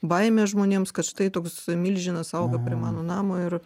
baimę žmonėms kad štai toks milžinas auga prie mano namo ir